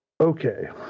Okay